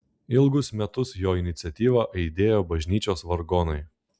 ilgus metus jo iniciatyva aidėjo bažnyčios vargonai